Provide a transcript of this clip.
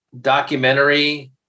documentary